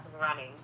running